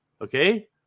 Okay